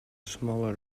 smaller